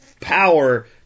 power